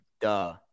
Duh